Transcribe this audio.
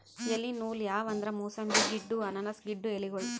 ಎಲಿ ನೂಲ್ ಯಾವ್ ಅಂದ್ರ ಮೂಸಂಬಿ ಗಿಡ್ಡು ಅನಾನಸ್ ಗಿಡ್ಡು ಎಲಿಗೋಳು